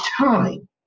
time